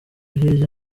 hirya